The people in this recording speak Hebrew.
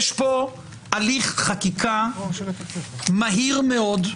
יש פה הליך חקיקה מהיר מאוד,